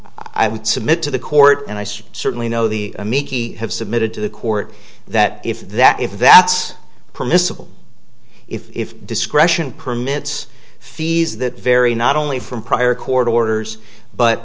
i would submit to the court and i should certainly know the miki have submitted to the court that if that if that's permissible if discretion permits fees that vary not only from prior court orders but